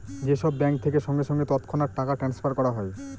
যে সব ব্যাঙ্ক থেকে সঙ্গে সঙ্গে তৎক্ষণাৎ টাকা ট্রাস্নফার করা হয়